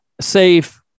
safe